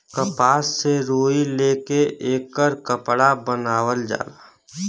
कपास से रुई ले के एकर कपड़ा बनावल जाला